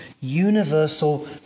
universal